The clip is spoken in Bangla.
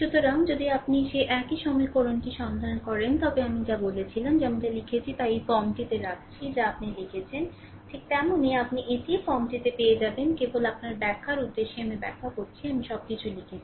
সুতরাং যদি আপনি সেই একই সমীকরণটি সন্ধান করেন তবে যা আমি বলেছিলাম যে আমি যা লিখেছি তা এই ফর্মটিতে রাখছি যা আপনি লিখেছেন ঠিক তেমনি আপনি এটিই ফর্মটিতে পেয়ে যাবেন কেবল আপনার ব্যাখ্যার উদ্দেশ্যেই আমি ব্যাখ্যা করেছি আমি সবকিছু লিখেছি